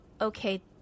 okay